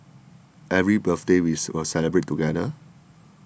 every birthday we'll celebrate together